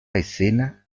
escena